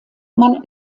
man